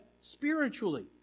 spiritually